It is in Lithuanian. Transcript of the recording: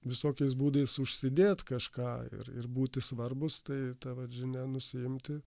visokiais būdais užsidėt kažką ir ir būti svarbūs tai ta vat žinia nusiimti